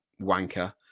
wanker